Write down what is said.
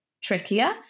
trickier